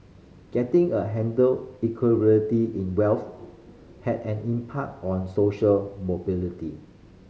getting a handle Inequality in wealth has an impact on social mobility